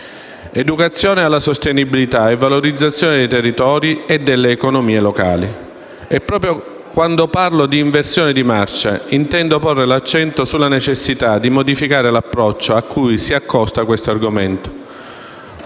l'educazione alla sostenibilità e la valorizzazione dei territori e delle economie locali. Proprio quando parlo di inversione di marcia, intendo porre l'accento sulla necessità di modificare l'approccio con cui si accosta questo argomento: